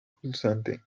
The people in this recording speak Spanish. pulsante